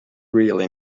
really